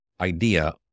idea